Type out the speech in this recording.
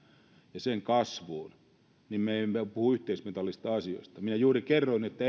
ja sen kasvuun me emme puhu yhteismitallisista asioista minä juuri kerroin että